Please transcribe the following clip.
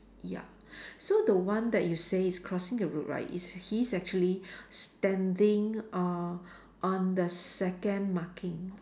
ya so the one that you say is crossing the road right is he's actually standing uh on the second marking